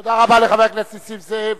תודה רבה לחבר הכנסת נסים זאב.